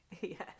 Yes